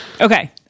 Okay